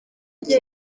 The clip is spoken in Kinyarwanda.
iki